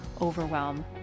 overwhelm